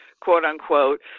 quote-unquote